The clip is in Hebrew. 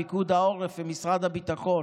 פיקוד העורף ומשרד הביטחון.